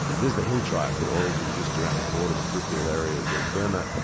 this is the hill tribes that always exist around the border, the peripheral areas of burma.